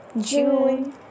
June